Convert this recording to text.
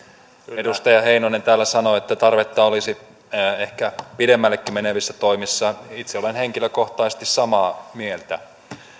edustaja heinonen täällä sanoi että tarvetta olisi ehkä pidemmällekin meneviin toimiin itse olen henkilökohtaisesti samaa mieltä